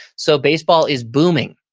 so baseball is booming.